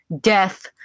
death